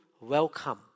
welcome